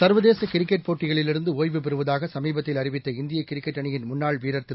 சர்வதேசகிரிக்கெட் போட்டிகளிலிருந்துடுய்வு பெறுவதாகசமீபத்தில் அறிவித்த இந்தியகிரிக்கெட் அணியின் முன்னாள் வீரர் திரு